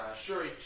sure